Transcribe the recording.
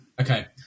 Okay